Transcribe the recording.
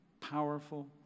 powerful